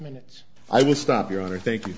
minutes i will stop your honor thank you